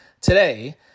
today